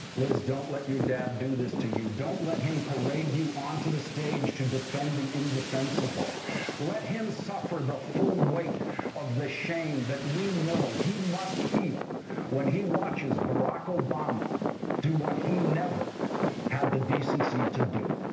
liz don't let your dad do this to you don't let him parade you onto the stage to defend the indefensible let him stop for about four white of the shame that we know he must feel when he watches morocco obama do what he never have the decency to do